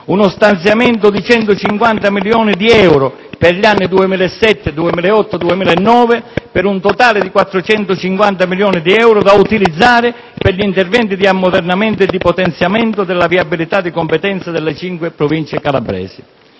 uno stanziamento di 150 milioni di euro per gli anni 2007, 2008 e 2009 per un totale di 450 milioni di euro da utilizzare per gli interventi di ammodernamento e di potenziamento della viabilità di competenza delle cinque Province calabresi.